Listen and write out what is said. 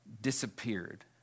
disappeared